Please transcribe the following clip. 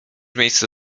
miejsce